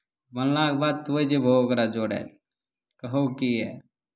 बनलाक बाद तोँय जयबहो ओकरा जोड़य लेल कहो किए